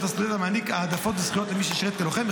הסטודנט המעניק העדפות וזכויות למי ששירת כלוחם,